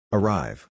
Arrive